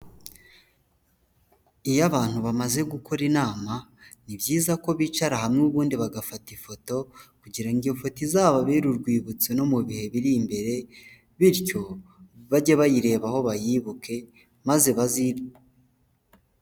Iyo abantu bamaze gukora inama, ni byiza ko bicara hamwe ubundi bagafata ifoto, kugirango iyo foto izababere urwibutso no mu bihe biri imbere, bityo bajye bayirebaho bayibuke maze bazirye.